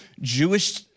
Jewish